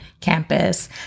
campus